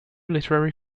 literary